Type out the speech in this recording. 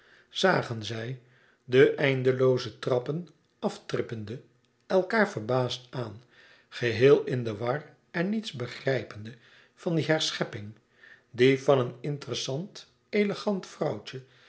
zagen zij de eindelooze trappen aftrippende elkaâr verbaasd aan geheel in de war en niets begrijpende van die herschepping die van een interessant elegant vrouwtje